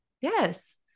Yes